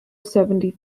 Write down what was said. seventy